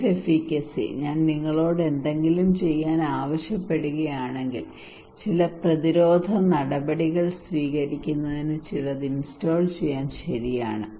self efficacy ഞാൻ നിങ്ങളോട് എന്തെങ്കിലും ചെയ്യാൻ ആവശ്യപ്പെടുകയാണെങ്കിൽ ചില പ്രതിരോധ നടപടികൾ സ്വീകരിക്കുന്നതിന് ചിലത് ഇൻസ്റ്റാൾ ചെയ്യാൻ ശരിയാണ്